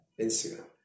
Instagram